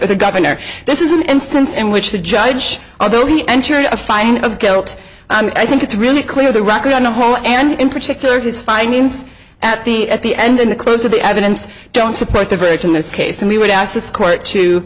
or the governor this is an instance in which the judge although he entered a finding of guilt i think it's really clear the record on the whole and in particular his findings at the at the end and the close of the evidence don't support the verdict in this case and we would ask this court to